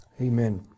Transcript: amen